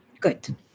Good